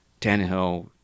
Tannehill